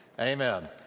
Amen